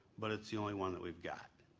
but it's the only one that we've got.